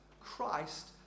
Christ